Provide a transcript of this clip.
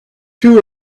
two